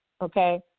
okay